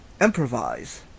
improvise